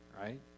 right